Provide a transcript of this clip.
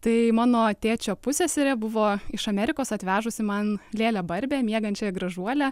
tai mano tėčio pusseserė buvo iš amerikos atvežusi man lėlę barbę miegančiąją gražuolę